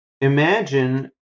Imagine